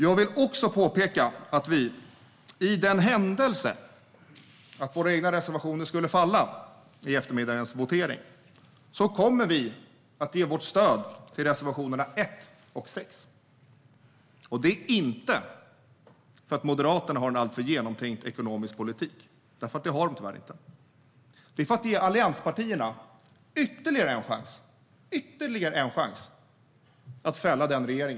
Jag vill också påpeka att vi, i den händelse att våra egna reservationer skulle falla vid eftermiddagens votering, kommer att ge vårt stöd till reservationerna 1 och 6. Det är inte för att Moderaterna har en alltför genomtänkt ekonomisk politik, för det har de tyvärr inte, utan det är för att ge allianspartierna ytterligare en chans att fälla denna regering.